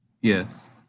Yes